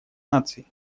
наций